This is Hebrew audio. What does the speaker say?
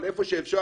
אבל היכן שאפשר,